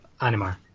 Animar